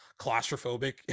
claustrophobic